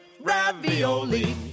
ravioli